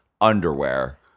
underwear